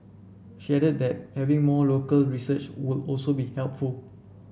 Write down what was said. she added that having more local research would also be helpful